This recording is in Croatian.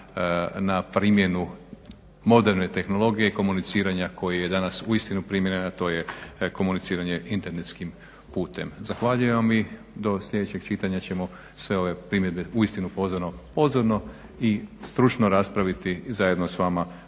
na primjenu moderne tehnologije i komuniciranja koje je danas uistinu primjereno, a to je komuniciranje internetskim putem. Zahvaljujem vam i do sljedećeg čitanja ćemo sve ove primjedbe uistinu pozorno i stručno raspraviti zajedno s vama